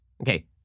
Okay